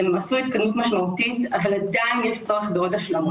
הן עשו התקדמות משמעותית אבל עדיין יש צורך בעוד השלמות.